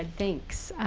and thanks.